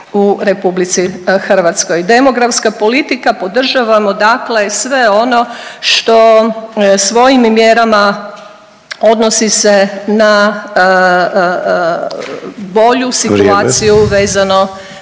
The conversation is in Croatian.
u RH. Demografska politika, podržavamo dakle sve ono što svojim mjerama, odnosi se na bolju situaciju …